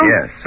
Yes